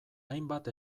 hainbat